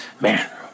Man